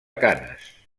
canes